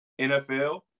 NFL